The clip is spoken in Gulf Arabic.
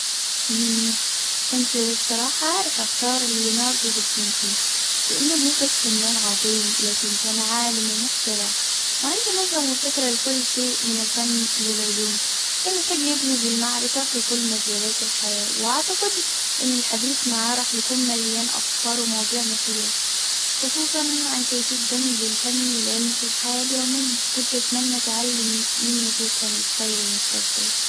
امم كنت بصراحة راح أختار ليوناردو دافنشي لأنه مو بس فنان عظيم لكن كان عالم ومخترع وعنده نظرة مبتكرة لكل شيء من الفن والعلوم. كان يحب يدمج المعرفة في كل مجالات الحياة. وأعتقد أن الحديث معه راح يكون مليان أفكار ومعلمومات مثيرة خصوصا عن كيفية دمج الفن والعلم في الحياة اليومية. كنت أتمنى أتعلم منه كيف كان يتخيل المستقبل؟